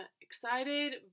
excited